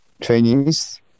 trainings